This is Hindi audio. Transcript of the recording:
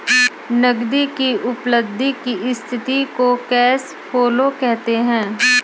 नगदी की उपलब्धि की स्थिति को कैश फ्लो कहते हैं